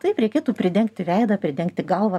taip reikėtų pridengti veidą pridengti galvą